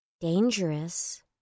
Dangerous